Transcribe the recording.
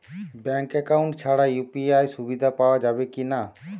Bank account ছাড়া UPI সুবিধা পাওয়া যাবে কি না?